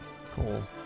cool